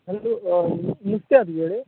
hello नुस्तें आसा तुजे कडेन